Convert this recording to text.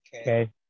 Okay